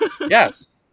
Yes